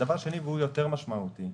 והוא יותר משמעותי,